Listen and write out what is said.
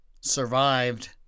survived